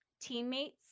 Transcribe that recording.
teammates